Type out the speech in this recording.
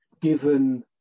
given